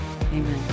amen